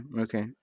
okay